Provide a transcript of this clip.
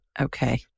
Okay